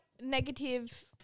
negative